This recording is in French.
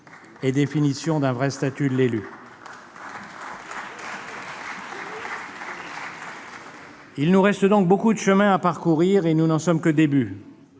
la définition d'un vrai statut de l'élu. Il nous reste donc beaucoup de chemin à parcourir ; nous n'en sommes qu'au début,